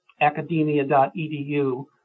academia.edu